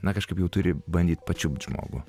na kažkaip jau turi bandyti pačiupt žmogų